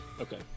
Okay